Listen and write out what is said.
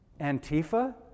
antifa